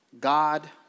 God